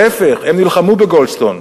להיפך, הם נלחמו בגולדסטון.